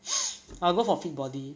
I'll go for fit body